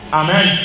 amen